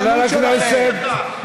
חבר הכנסת יחיאל בר.